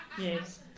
Yes